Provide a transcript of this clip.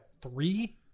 Three